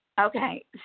Okay